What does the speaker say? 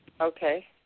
Okay